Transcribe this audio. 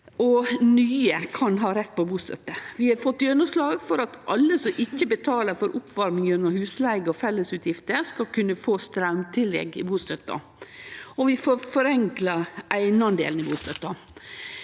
og nye kan ha rett på bustøtte. Vi har fått gjennomslag for at alle som ikkje betaler for oppvarming gjennom husleige og fellesutgifter, skal kunne få straumtillegg i bustøtta, og vi får forenkla eigenandelen i bustøtta.